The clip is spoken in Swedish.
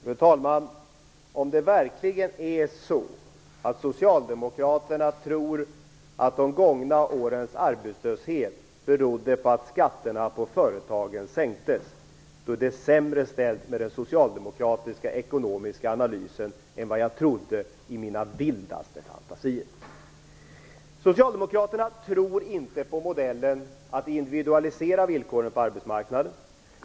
Fru talman! Om socialdemokraterna verkligen tror att de gångna årens arbetslöshet berodde på att skatterna på företagen sänktes är det sämre ställt med den socialdemokratiska ekonomiska analysen än vad jag i mina vildaste fantasier kunde föreställa mig. Socialdemokraterna tror inte på modellen att individualisera villkoren på arbetsmarknaden.